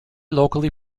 locally